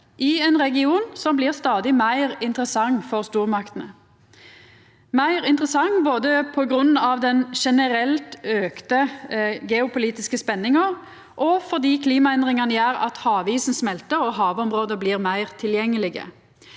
i ein region som blir stadig meir interessant for stormaktene – meir interessant både på grunn av den generelt økte geopolitiske spenninga og fordi klimaendringane gjer at havisen smeltar og havområda blir meir tilgjengelege.